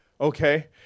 Okay